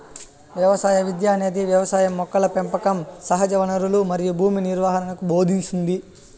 వ్యవసాయ విద్య అనేది వ్యవసాయం మొక్కల పెంపకం సహజవనరులు మరియు భూమి నిర్వహణను భోదింస్తుంది